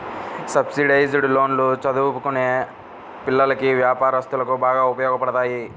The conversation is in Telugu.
సబ్సిడైజ్డ్ లోన్లు చదువుకునే పిల్లలకి, వ్యాపారస్తులకు బాగా ఉపయోగపడతాయి